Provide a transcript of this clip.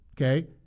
okay